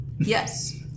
Yes